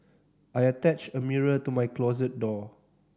I attached a mirror to my closet door